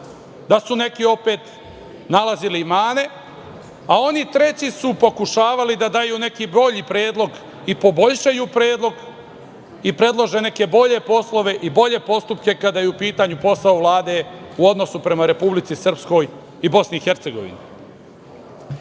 da su opet neki nalazili im mane, a oni treći su pokušavali da daju neki bolji predlog i poboljšaju predlog i predlože neke bolje poslove i bolje postupke, kada je u pitanju posao Vlade u odnosu prema Republici Srpskoj i BiH.Bilo je različitih